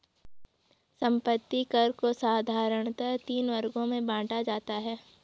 संपत्ति कर को साधारणतया तीन वर्गों में बांटा जाता है